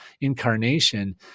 incarnation